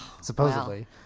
Supposedly